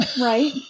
Right